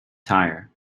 tire